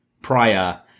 prior